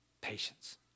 Patience